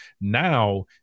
Now